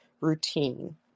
routine